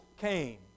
came